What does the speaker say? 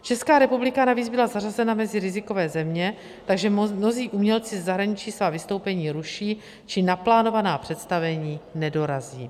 Česká republika navíc byla zařazena mezi rizikové země, takže mnozí umělci ze zahraničí svá vystoupení ruší či na plánovaná představení nedorazí.